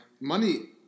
money